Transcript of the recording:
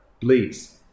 please